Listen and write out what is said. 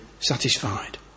Satisfied